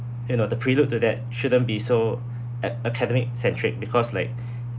you know the prelude to that shouldn't be so ac~ academic centric because like